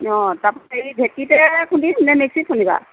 অঁ তাৰপৰা এই ঢেঁকিতে খুন্দিম নে মিক্সিত খুন্দিবা